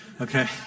Okay